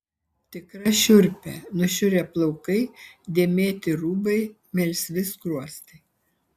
tikra šiurpė nušiurę plaukai dėmėti rūbai melsvi skruostai